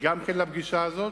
לפגישה הזאת,